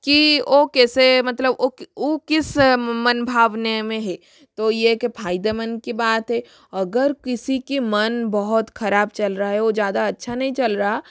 कि ओ कैसे मतलब ओ उ किस मन भावना में है तो ये है कि फ़ायदेमंद की बात है अगर किसी का मन बहुत खराब चल रहा हे ओ ज़्यादा अच्छा नहीं चल रहा